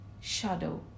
shadow